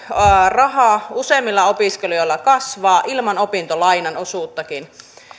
raha useimmilla opiskelijoilla kasvaa ilman opintolainan osuuttakin